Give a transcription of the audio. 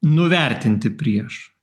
nuvertinti prieš